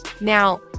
Now